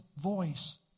voice